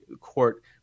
court